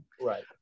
right